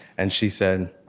and she said,